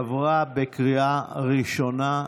עברה בקריאה ראשונה.